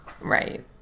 Right